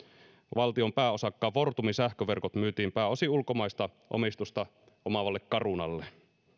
valtion pääosakkaan fortumin sähköverkot myytiin pääosin ulkomaista omistusta omaavalle carunalle